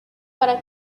para